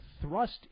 thrust